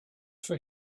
for